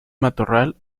matorral